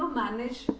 manage